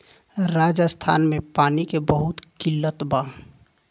राजस्थान में पानी के बहुत किल्लत बा